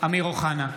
אמיר אוחנה,